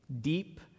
deep